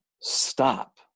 Stop